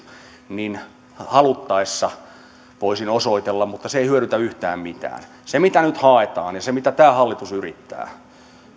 voisin haluttaessa osoitella mutta se ei hyödytä yhtään mitään se mitä nyt haetaan ja se mitä tämä hallitus yrittää